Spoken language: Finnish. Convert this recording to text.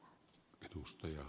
arvoisa puhemies